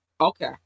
Okay